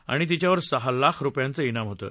आणि तिच्यावर सहा लाख रुपयांचं इनाम होतं